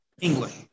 English